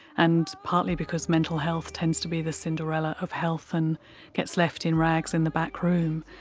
and partly because mental health tends to be the cinderella of health and gets left in rags in the backroom.